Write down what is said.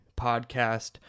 podcast